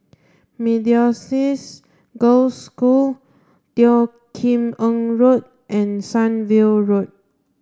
Methodist Girls' School Teo Kim Eng Road and Sunview Road